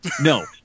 No